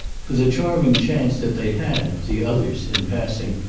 for the charming chance that they had, the others, in passing,